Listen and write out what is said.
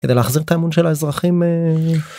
‫כדי להחזיר את האמון של האזרחים.